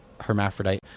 hermaphrodite